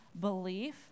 belief